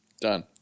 Done